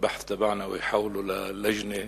(נושא דברים בשפה הערבית, להלן תרגומם לעברית: